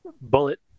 Bullet